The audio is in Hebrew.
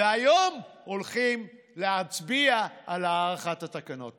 והיום הולכים להצביע על הארכת התקנות.